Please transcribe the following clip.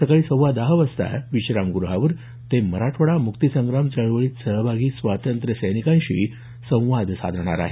सकाळी सव्वा दहा वाजता विश्रामगृहावर ते मराठवाडा मुक्ती संग्राम चळवळीत सहभागी स्वातंत्र्य सैनिकांशी संवाद साधणार आहेत